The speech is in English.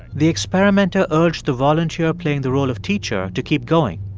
the experimenter urged the volunteer playing the role of teacher to keep going,